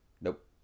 Nope